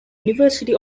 university